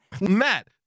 Matt